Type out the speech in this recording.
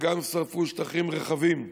וגם שרפו שטחים רחבים.